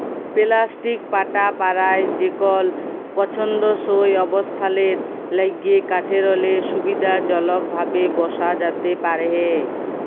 plastic পাটা পারায় যেকল পসন্দসই অবস্থালের ল্যাইগে কাঠেরলে সুবিধাজলকভাবে বসা যাতে পারহে